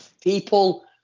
people